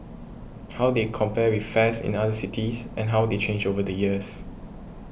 how they compare with fares in other cities and how they change over the years